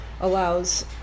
allows